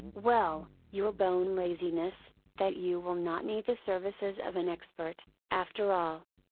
well, your bone laziness, that you will not need the services of an expert, after all.